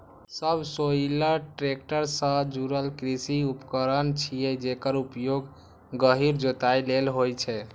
subsoiler tractor सं जुड़ल कृषि उपकरण छियै, जेकर उपयोग गहींर जोताइ लेल होइ छै